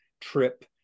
trip